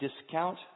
discount